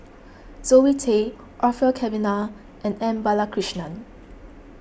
Zoe Tay Orfeur Cavenagh and M Balakrishnan